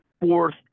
Fourth